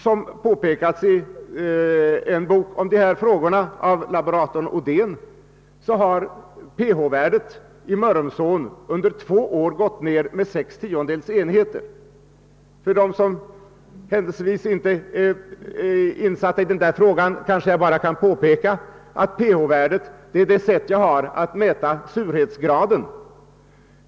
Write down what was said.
Som påpekats av laboratorn Odén i en bok om dessa frågor har ph-värdet i Mörrumsån under två år gått ned med sex tiondels enheter. För dem som händelsevis inte är insatta i denna fråga kan jag påpeka att pH-värdet är det sätt på vilket vi mäter surhetsgraden.